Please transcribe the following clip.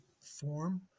form